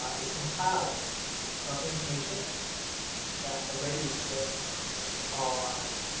ah is compiled from information that already exists on